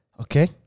Okay